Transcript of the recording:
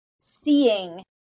seeing